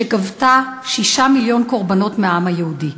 שגבתה 6 מיליון קורבנות מהעם היהודי.